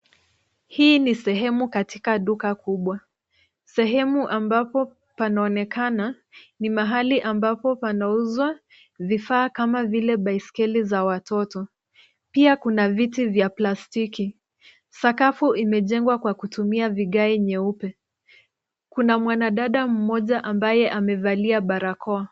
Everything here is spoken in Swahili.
Hii ni sehemu katika duka kubwa. Sehemu ambapo panaonekana ni mahali ambapo panauzwa vifaa kama vile baiskeli za watoto. Pia kuna viti vya plastiki. Sakafu imejengwa kwa kutumia vigae nyeupe. Kina mwanadada mmoja ambaye amevalia barakoa.